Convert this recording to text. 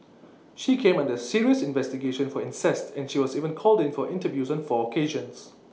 she came under serious investigation for incest and she was even called in for interviews in four occasions